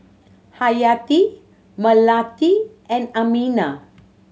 Hayati Melati and Aminah